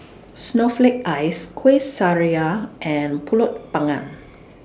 Snowflake Ice Kueh Syara and Pulut Panggang